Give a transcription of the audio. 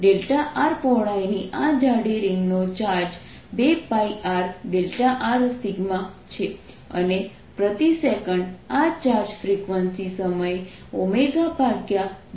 r પહોળાઈની આ જાડી રિંગ નો ચાર્જ 2πr Δr σ છે અને પ્રતિ સેકન્ડ આ ચાર્જ ફ્રીક્વન્સી સમયે 2π સમય પસાર કરે છે